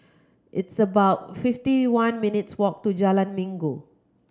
it's about fifty one minutes' walk to Jalan Minggu